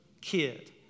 kid